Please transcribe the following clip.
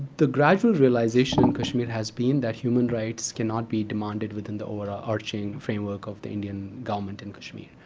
the gradual realization in kashmir has been that human rights cannot be demanded within the overarching framework of the indian government in kashmir,